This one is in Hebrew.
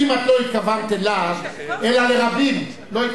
אוקיי, נתתי לו לעלות לבמה.